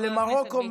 ולמרוקו.